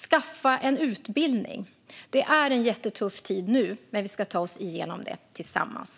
Skaffa en utbildning! Det är en jättetuff tid nu, men vi ska ta oss igenom detta tillsammans.